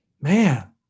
man